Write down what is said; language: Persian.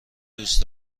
دوست